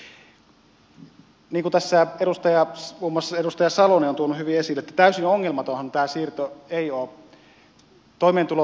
niin kuin tässä muun muassa edustaja salonen on tuonut hyvin esille niin täysin ongelmatonhan tämä siirto ei ole